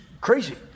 crazy